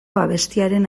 abestiaren